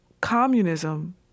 communism